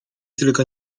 tylko